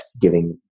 giving